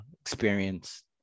experience